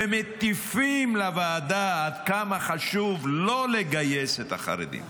ומטיפים לוועדה עד כמה חשוב לא לגייס את החרדים,